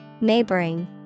Neighboring